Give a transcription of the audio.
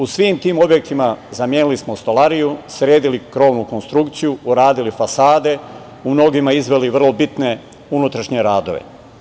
U svim tim objektima zamenili smo stolariju, sredili krovnu konstrukciju, uradili fasade, u mnogima izveli vrlo bitne unutrašnje radove.